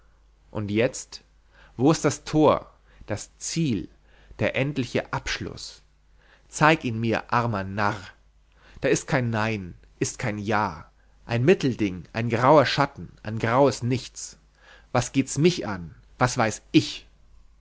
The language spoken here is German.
und jetzt wo ist das tor das ziel der endliche abschluß zeig ihn mir armer narr da ist kein nein ist kein ja ein mittelding ein grauer schatten ein graues nichts was geht's mich an was weiß ich